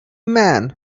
man